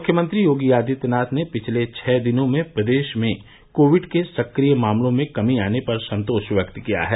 मुख्यमंत्री योगी आदित्यनाथ ने पिछले छः दिनों में प्रदेश में कोविड के सक्रिय मामलो में कमी आने पर संतोष व्यक्त किया है